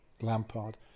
Lampard